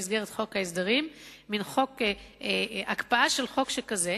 במסגרת חוק ההסדרים הקפאה של חוק שכזה,